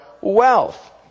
wealth